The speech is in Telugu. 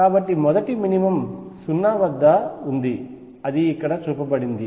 కాబట్టి మొదటి మినిమమ్ 0 వద్ద ఉంది అది ఇక్కడ చూపబడింది